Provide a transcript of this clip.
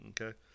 Okay